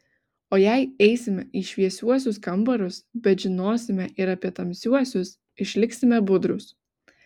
o jei eisime į šviesiuosius kambarius bet žinosime ir apie tamsiuosius išliksime budrūs